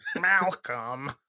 Malcolm